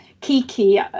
kiki